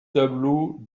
tableaux